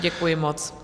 Děkuji moc.